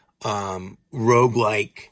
roguelike